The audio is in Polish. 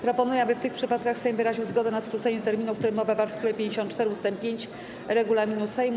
Proponuję, aby w tych przypadkach Sejm wyraził zgodę na skrócenie terminu, o którym mowa w art. 54 ust. 5 regulaminu Sejmu.